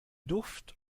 duft